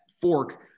Fork